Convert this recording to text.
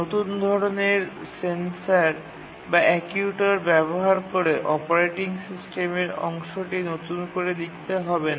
নতুন ধরণের সেন্সর বা অ্যাকিউটর ব্যবহার করে অপারেটিং সিস্টেমের অংশটি নতুন করে তৈরি করতে হয় না